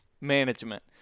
management